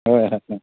ꯍꯣꯏ